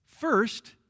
First